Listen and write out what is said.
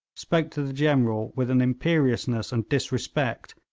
spoke to the general with an imperiousness and disrespect,